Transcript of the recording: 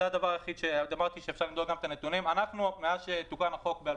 זה הדבר היחיד ואמרתי שאפשר גם לבדוק את הנתונים.